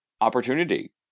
opportunity